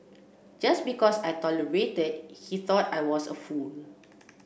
just because I tolerated he thought I was a fool